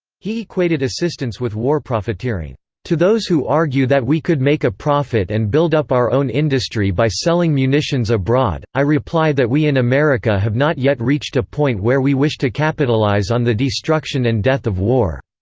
he equated assistance with war profiteering to those who argue that we could make a profit and build up our own industry by selling munitions abroad, i reply that we in america have not yet reached a point where we wish to capitalize on the destruction and death of war.